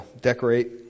decorate